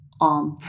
on